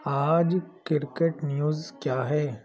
آج cricket news کیا ہے